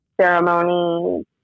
ceremonies